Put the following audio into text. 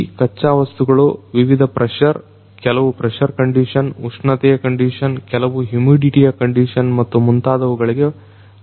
ಈ ಖಚ್ಚಾ ವಸ್ತುಗಳು ವಿವಿಧ ಪ್ರೆಶರ್ ಕೆಲವು ಪ್ರೆಶರ್ ಕಂಡಿಷನ್ ಉಷ್ಣತೆಯ ಕಂಡಿಷನ್ ಕೆಲವು ಹ್ಯುಮಿಡಿಟಿಯ ಕಂಡಿಷನ್ ಮತ್ತು ಮುಂತಾದವುಗಳಗೆ ಒಳಗಾಗುತ್ತವೆ